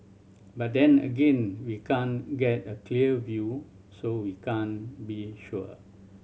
but then again we can't get a clear view so we can't be sure